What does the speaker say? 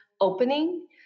opening